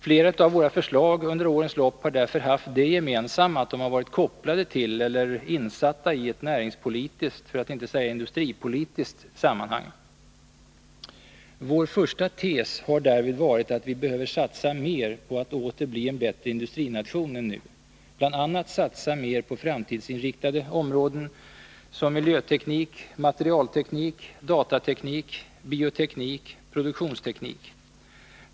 Flera av våra förslag under årens lopp har därför haft det gemensamma att de varit kopplade till eller insatta i ett näringspolitiskt, för att inte säga industripolitiskt, sammanhang. Vår första tes har därvid varit att Sverige behöver satsa mer på att åter bli en bättre industrination än nu, bl.a. satsa mer på framtidsinriktade områden, såsom miljöteknik, materialteknik, datateknik, bioteknik och produktionsteknik.